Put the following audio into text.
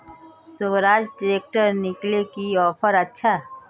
Swaraj tractor किनले की offer अच्छा?